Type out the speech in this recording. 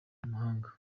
mumahanga